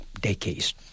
decades